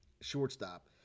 shortstop